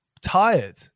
tired